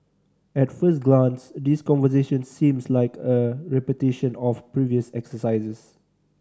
at first glance these conversations seems like a repetition of previous exercises